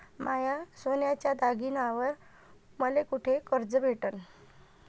माया सोन्याच्या दागिन्यांइवर मले कुठे कर्ज भेटन?